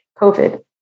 COVID